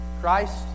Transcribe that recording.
Christ